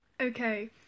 Okay